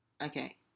Okay